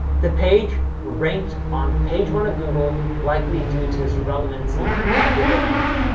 the page ranked on page one of google, likely due to its relevancy of the domain name.